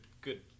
good